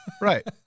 right